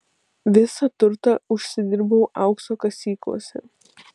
visą turtą užsidirbau aukso kasyklose